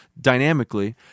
dynamically